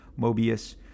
Mobius